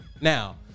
Now